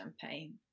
champagne